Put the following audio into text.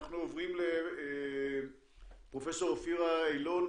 אנחנו עוברים לפרופ' אופירה אילון,